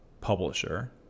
publisher